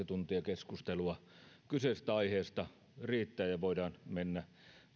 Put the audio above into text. tuntia keskustelua kyseisestä aiheesta riittää ja voidaan mennä